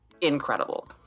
incredible